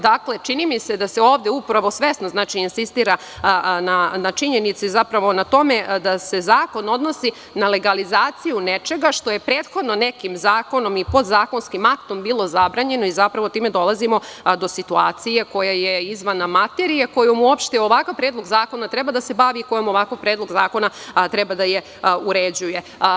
Dakle, čini mi se da se ovde upravo svesno insistira na činjenici i na tome da se zakon odnosi na legalizaciju nečega što je prethodno nekim zakonom i podzakonskim aktom bilo zabranjeno, i zapravo time dolazimo do situacije koja je izvan materije, kojom uopšte ovakav Predlog zakona treba da se bavi, kojom ovakav Predlog zakona treba da je uređuje.